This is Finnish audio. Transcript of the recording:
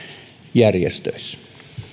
järjestöissä